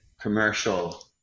commercial